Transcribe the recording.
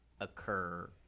occur